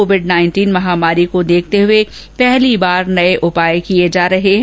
Covid महामारी को देखते हुए पहली बार नए उपाय किये जा रहे हैं